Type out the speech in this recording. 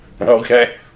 Okay